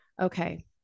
Okay